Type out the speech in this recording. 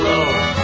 Lord